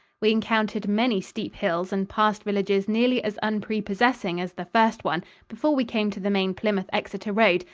we encountered many steep hills and passed villages nearly as unprepossessing as the first one before we came to the main plymouth-exeter road,